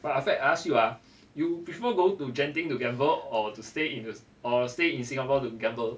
but ah fat I ask you ah you prefer go to genting to gamble or to stay in~ or stay in singapore to gamble